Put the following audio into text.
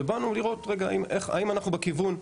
ובאנו לראות האם אנחנו בכיוון,